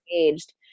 engaged